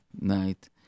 night